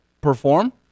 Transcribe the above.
perform